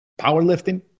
Powerlifting